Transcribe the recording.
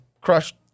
crushed